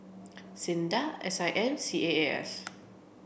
SINDA S I M C A A S